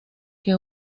que